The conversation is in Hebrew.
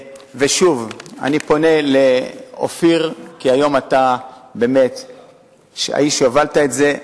שוב, אני פונה לאופיר, כי אתה האיש שהובלת את זה,